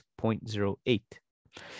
0.08